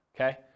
okay